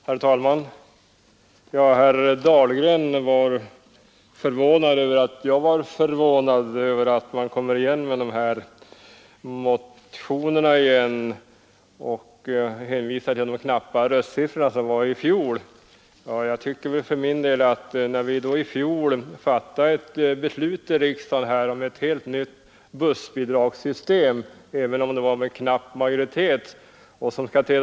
Herr talman! Herr Dahlgren var förvånad över att jag var förvånad över att man kommer igen med motionerna. Han hänvisade till de jämna röstsiffrorna i fjol. Jag vill erinra om att vi i fjol fattade ett beslut — låt vara att det var med knapp majoritet — om ett helt nytt bussbidragssystem som skall träda i kraft den 1 augusti i år.